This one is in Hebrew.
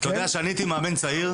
אתה יודע, אני הייתי מאמן צעיר,